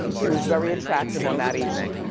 he was very attractive on that evening,